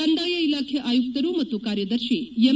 ಕಂದಾಯ ಇಲಾಖೆ ಆಯುಕ್ತರು ಮತ್ತು ಕಾರ್ಯದರ್ಶಿ ಎಂ